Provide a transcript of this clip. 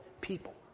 people